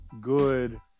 good